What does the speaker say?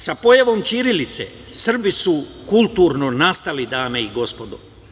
Sa pojavom ćirilice Srbi su kulturno nastali, dame i gospodo.